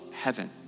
heaven